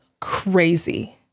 crazy